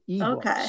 Okay